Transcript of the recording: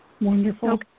wonderful